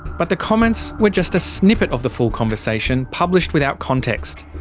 but the comments were just a snippet of the full conversation published without context.